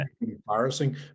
embarrassing